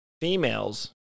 females